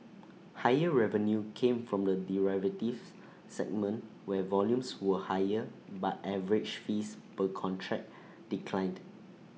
higher revenue came from the derivatives segment where volumes were higher but average fees per contract declined